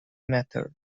method